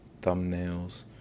thumbnails